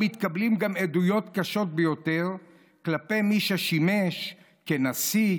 מתקבלות גם עדויות קשות ביותר כלפי מי ששימש נשיא,